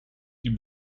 die